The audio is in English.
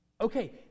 Okay